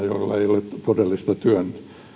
jolla ei ole todellista työn